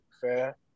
fair